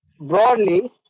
broadly